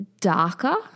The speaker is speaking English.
darker